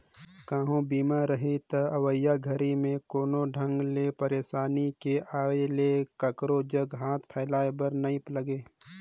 कहूँ बीमा रही त अवइया घरी मे कोनो ढंग ले परसानी के आये में काखरो जघा हाथ फइलाये बर नइ लागे